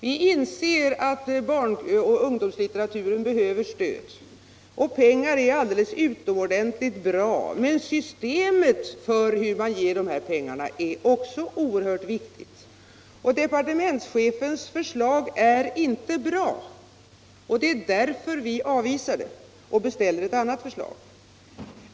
Vi inser att barnoch ungdomslitteraturen behöver stöd, och pengar är då utomordentligt bra. Men systemet för hur man ger de här pengarna är också oerhört viktigt, och departementschefens förslag är inte bra. Det är därför vi avvisar det och beställer ett annat förslag.